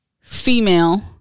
female